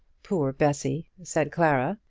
poor bessy, said clara.